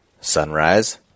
sunrise